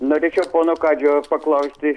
norėčiau pono kadžio paklausti